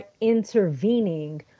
intervening